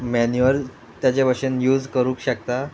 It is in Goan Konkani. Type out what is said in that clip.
मॅन्युअल तेज्या भशेन यूज करूंक शकता